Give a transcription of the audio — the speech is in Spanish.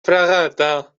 fragata